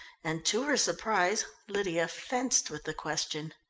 and to her surprise lydia fenced with the question.